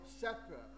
separate